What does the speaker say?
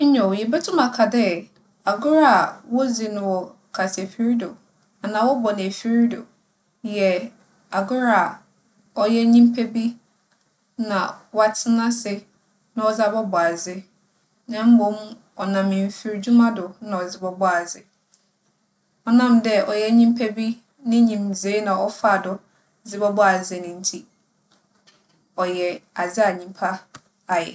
Nyew, yebotum aka dɛ, agor a wodzi no wͻ kasaefir do anaa wͻbͻ no efir do yɛ agor a ͻyɛ nyimpa bi na ͻatsena ase na ͻdze abͻbͻ adze, na mbom, ͻnam mfirdwuma do na ͻdze bͻbͻͻ adze. ͻnam dɛ ͻyɛ nyimpa bi ne nyimdzee na ͻfaa do dze bͻbͻͻ adze no ntsi, ͻyɛ adze a nyimpa ayɛ.